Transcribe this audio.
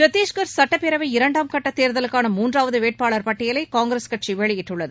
சத்தீஸ்கர் சட்டப்பேரவை இரண்டாம் கட்ட தேர்தலுக்கான மூன்றாவது வேட்பாளர் பட்டியலை காங்கிரஸ் கட்சி வெளியிட்டுள்ளது